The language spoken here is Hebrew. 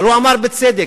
אבל הוא אמר בצדק: